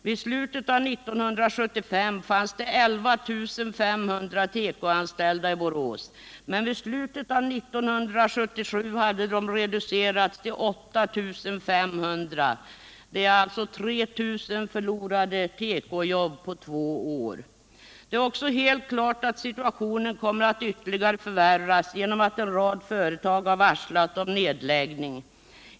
Vid slutet av 1975 fanns det 11 500 tekoanställda i Borås, men vid slutet av 1977 hade antalet reducerats till 8 500. Det är alltså 3 000 förlorade tekojobb på två år. Det är också helt klart att situationen kommer att ytterligare förvärras genom att en rad företag har varslat om nedläggning.